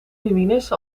ruïnes